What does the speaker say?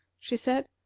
she said.